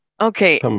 Okay